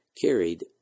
carried